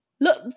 Look